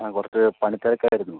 ആ കുറച്ച് പണിത്തിരക്കായിരുന്നു